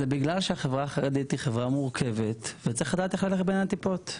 זה בגלל שהחברה החרדית היא חברה מורכבת וצריך לדעת איך להלך בין הטיפות.